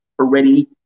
Already